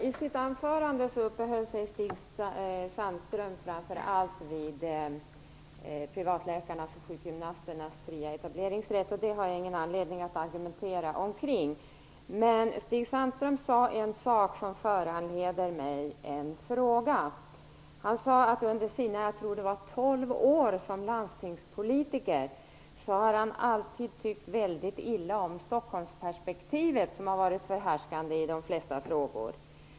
Herr talman! Stig Sandström uppehöll sig i sitt anförande vid framför allt privatläkarnas och sjukgymnasternas fria etableringsrätt. Detta har jag ingen anledning att argumentera om. Men Stig Sandström sade en sak som föranleder mig en fråga. Han sade att under sina tolv år som landstingspolitiker hade han alltid tyckt väldigt illa om Stockholmsperspektivet som har varit förhärskande i de flesta frågor.